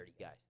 guys